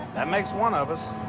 that makes one of us.